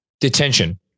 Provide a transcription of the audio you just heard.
Detention